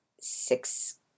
six